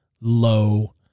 low